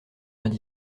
vingt